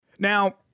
Now